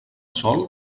sol